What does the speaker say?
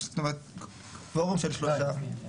קוורום של שלושה.